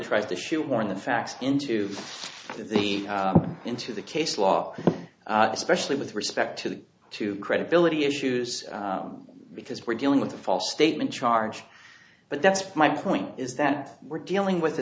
tries to shoehorn the facts into the into the case law especially with respect to the two credibility issues because we're dealing with a false statement charge but that's my point is that we're dealing with a